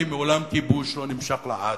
כי מעולם כיבוש לא נמשך לעד.